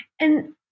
And-